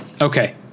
okay